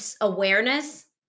awareness